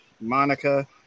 Monica